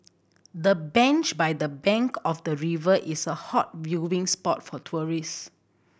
the bench by the bank of the river is a hot viewing spot for tourist